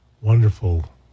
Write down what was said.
Wonderful